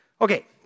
Okay